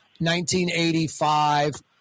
1985